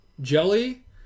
Jelly